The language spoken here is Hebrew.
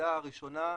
הוועדה הראשונה,